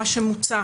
מה שמוצע